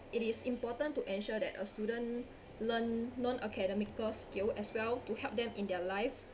it is important to ensure that a student learn non academical skill as well to help them in their life